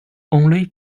only